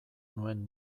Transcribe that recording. nuen